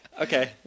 Okay